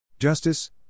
justice